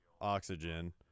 oxygen